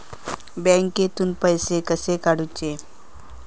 बँकेतून पैसे कसे काढूचे?